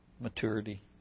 maturity